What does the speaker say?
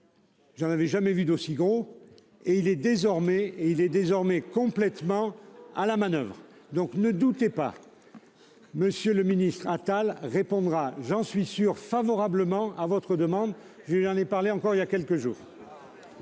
J'en avais jamais vu d'aussi gros et il est désormais et il est désormais complètement à la manoeuvre. Donc, ne doutez pas. Monsieur le ministre Atal répondra j'en suis sûr favorablement à votre demande. Je n'en ai parlé encore il y a quelques jours.